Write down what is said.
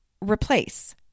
replace